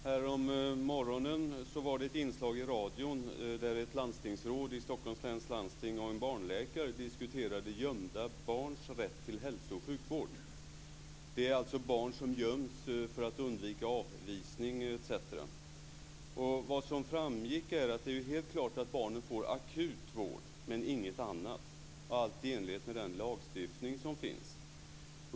Fru talman! Jag har en fråga till socialministern. Härommorgonen hörde jag ett inslag i radion där ett landstingsråd i Stockholms läns landsting och en barnläkare diskuterade gömda barns rätt till hälsooch sjukvård. Det handlar alltså om barn som göms för att familjen skall undvika avvisning etc. Vad som framgick var att det är helt klart att barnen i enlighet med den lagstiftning som finns får akut vård, inget annat.